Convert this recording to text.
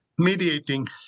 mediating